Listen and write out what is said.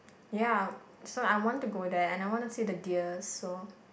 ya so I want to go there and I want to see the deer so